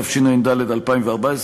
התשע"ד 2014,